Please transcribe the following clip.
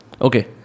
Okay